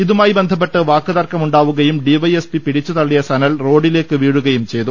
ഇതുമായി ബന്ധപ്പെട്ട് വാക്ക് തർക്കമുണ്ടാകുകയും ഡിവൈഎസ്പി പിടിച്ചുതള്ളിയ സനൽ റോഡിലേക്ക് വീഴുകയും ചെയ്തു